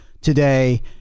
today